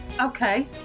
Okay